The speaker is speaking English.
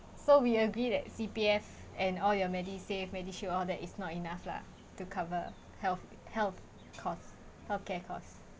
so we agree that C_P_F and all your MediSave MediShield all that is not enough lah to cover health health cost health care cost